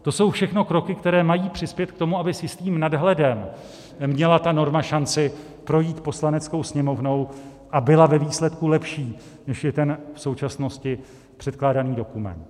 To jsou všechno kroky, které mají přispět k tomu, aby s jistým nadhledem měla ta norma šanci projít Poslaneckou sněmovnou a byla ve výsledku lepší, než je ten v současnosti předkládaný dokument.